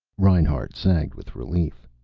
reinhart sagged with relief.